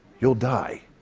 you'll die.